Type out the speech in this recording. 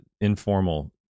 informal